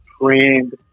friend